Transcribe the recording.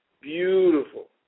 beautiful